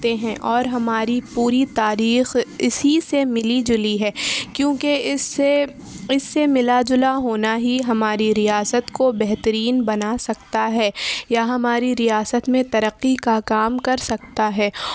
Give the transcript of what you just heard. ہیں اور ہماری پوری تاریخ اسی سے ملی جلی ہے کیونکہ اس سے اس سے ملا جلا ہونا ہی ہماری ریاست کو بہترین بنا سکتا ہے یا ہماری ریاست میں ترقی کا کام کر سکتا ہے